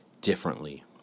differently